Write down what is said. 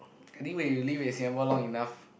I think when you live in Singapore long enough